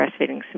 breastfeeding